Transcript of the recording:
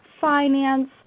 finance